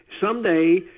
someday